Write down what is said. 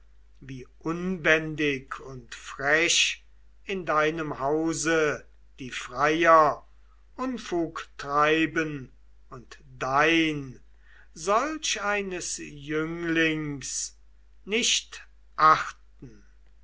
wie unbändig und frech in deinem hause die freier unfug treiben und dein solch eines jünglings nicht achten